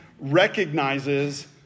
recognizes